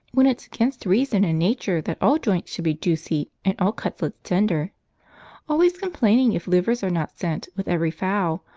when it's against reason and nature that all joints should be juicy and all cutlets tender always complaining if livers are not sent with every fowl,